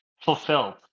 fulfilled